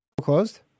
Closed